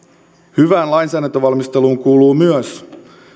hyvään lainsäädäntövalmisteluun kuuluu myös